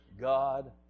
God